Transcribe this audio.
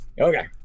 Okay